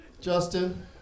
Justin